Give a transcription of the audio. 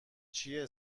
چیه